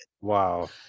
Wow